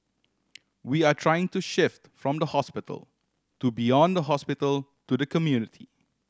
we are trying to shift from the hospital to beyond the hospital to the community